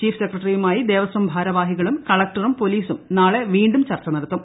chief സെക്രട്ടറിയുമായി ദേവസം ഭാരവാഹികളും കളക്ടറും പൊലീസും നാളെ വീണ്ടും ചർച്ച നടത്തും